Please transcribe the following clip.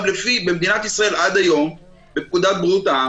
במדינת ישראל עד היום בפקודת בריאות העם